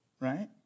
Right